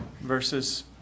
verses